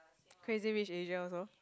Crazy Rich Asian also